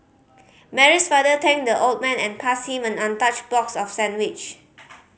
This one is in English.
Mary's father thanked the old man and passed him an untouched box of sandwich